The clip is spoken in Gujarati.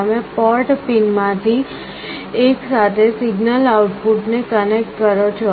તમે પોર્ટ પિનમાંથી એક સાથે સિગ્નલ આઉટપુટ ને કનેક્ટ કરો છો